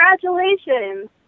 Congratulations